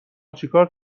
چیکار